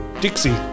Dixie